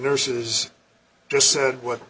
nurses just said what